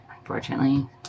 unfortunately